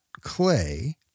clay